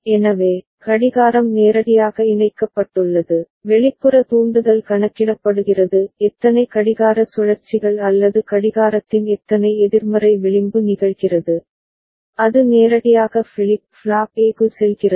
எனவே கடிகாரம் நேரடியாக இணைக்கப்பட்டுள்ளது வெளிப்புற தூண்டுதல் கணக்கிடப்படுகிறது எத்தனை கடிகார சுழற்சிகள் அல்லது கடிகாரத்தின் எத்தனை எதிர்மறை விளிம்பு நிகழ்கிறது அது நேரடியாக ஃபிளிப் ஃப்ளாப் ஏ க்கு செல்கிறது